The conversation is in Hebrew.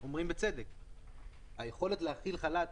אומרים בצדק שהיכולת להכיל חל"ת,